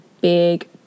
big